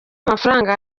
amafaranga